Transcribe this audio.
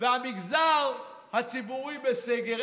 והמגזר הציבורי בסגר?